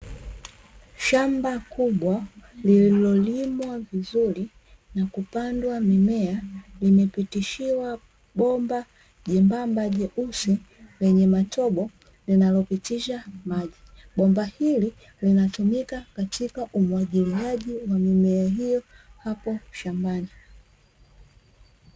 Shamba kubwa lililolimwa vizuri na kupandwa mimea, limepitishiwa bomba jembamba jeusi lenye matobo linalopitisha maji, bomba hili linatumika katika umwagiliaji wa mimea hiyo hapo shambani.